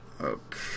Okay